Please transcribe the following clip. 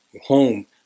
home